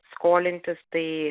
skolintis tai